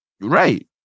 Right